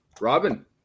Robin